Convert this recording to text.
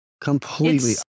Completely